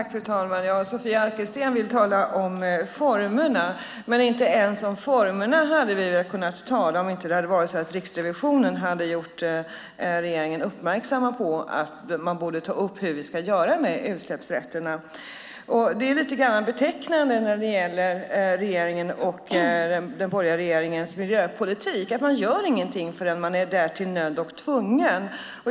Fru talman! Sofia Arkelsten vill tala om formerna, men inte ens om formerna hade vi kunnat tala om inte Riksrevisionen hade gjort regeringen uppmärksam på att man borde ta upp hur vi ska göra med utsläppsrätterna. Det är lite betecknande för den borgerliga regeringens miljöpolitik att man inte gör något förrän man är därtill nödd och tvungen.